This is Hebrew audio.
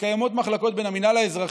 שיש מחלוקות בין המינהל האזרחי,